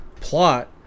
plot